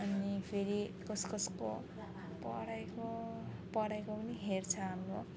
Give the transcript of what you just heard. अनि फेरि कसकसको पढाइको पढाइको पनि हेर्छ हाम्रो